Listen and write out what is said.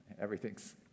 Everything's